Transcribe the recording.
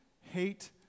hate